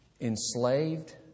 enslaved